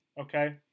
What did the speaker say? Okay